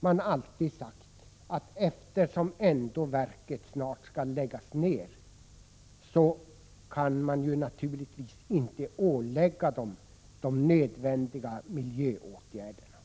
har man sagt, att eftersom verket ändå snart skall läggas ned kan man naturligtvis inte ålägga det de nödvändiga miljöåtgärderna.